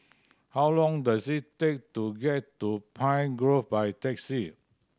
how long does it take to get to Pine Grove by taxi